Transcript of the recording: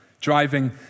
driving